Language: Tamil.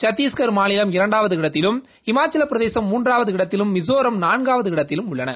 சந்திஷ்கா் மாநிலம் இரண்டாவது இடத்திலும் இமாச்சல பிரதேசும் மூன்றாவது இடத்திலும் மிசோராம் நான்காவது இடத்தில் உள்ளன